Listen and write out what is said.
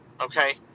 Okay